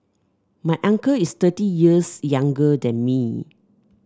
my uncle is thirty years younger than me